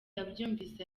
abyumvise